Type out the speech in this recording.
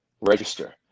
register